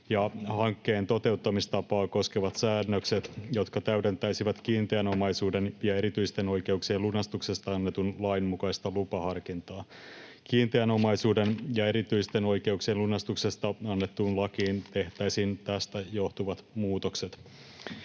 hankkeen toteuttamistapaa koskevat säännökset, jotka täydentäisivät kiinteän omaisuuden ja erityisten oikeuksien lunastuksesta annetun lain mukaista lupaharkintaa. Kiinteän omaisuuden ja erityisten oikeuksien lunastuksesta annettuun lakiin tehtäisiin tästä johtuvat muutokset.